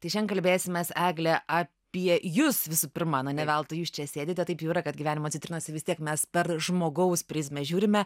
tai šiandien kalbėsimės egle apie jus visų pirma na ne veltui jūs čia sėdite taip jau yra kad gyvenimo citrinose vis tiek mes per žmogaus prizmę žiūrime